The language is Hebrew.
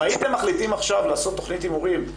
אם הייתם מחליטים עכשיו לעשות תכנית הימורים,